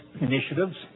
initiatives